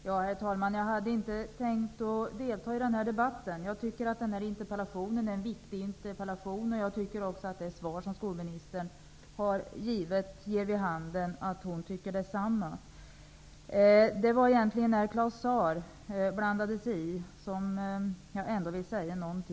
Herr talman! Jag hade inte tänkt att delta i debatten. Jag tycker att interpellationen är viktig, och jag tycker att det svar skolministern har givit ger vid handen att hon tycker detsamma. Det var när Claus Zaar blandade sig i debatten som jag beslöt att jag ändå måste säga något.